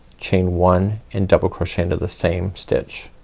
chain one and double crochet into the same stitch.